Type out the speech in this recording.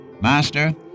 Master